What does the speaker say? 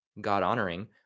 God-honoring